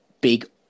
big